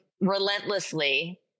relentlessly